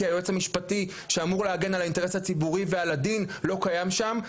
כי היועץ המשפטי שאמור להגן על האינטרס הציבורי ועל הדין לא קיים שם,